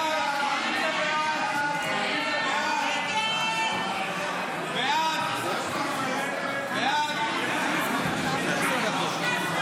ההצעה להעביר את הצעת חוק השידור הציבורי (תיקון,